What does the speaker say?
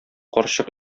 карчык